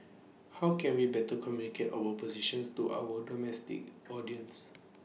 how can we better communicate our positions to our domestic audience